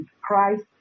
Christ